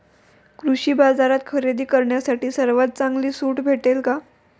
कृषी बाजारात खरेदी करण्यासाठी सर्वात चांगली सूट भेटेल का?